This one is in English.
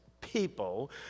people